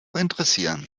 interessieren